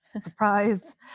Surprise